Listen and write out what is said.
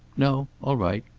no? all right.